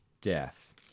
death